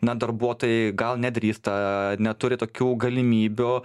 na darbuotojai gal nedrįsta neturi tokių galimybių